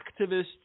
activists